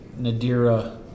Nadira